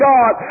God